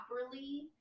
properly